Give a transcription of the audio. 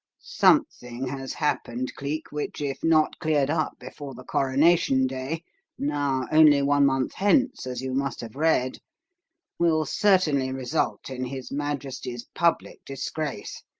something has happened, cleek, which, if not cleared up before the coronation day now only one month hence, as you must have read will certainly result in his majesty's public disgrace,